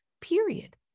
period